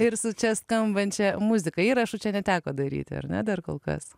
ir su čia skambančia muzika įrašų čia neteko daryti ar ne dar kol kas